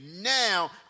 now